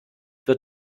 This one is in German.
wird